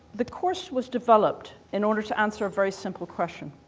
the course was developed in order to answer a very simple question.